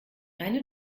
eine